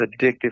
addictive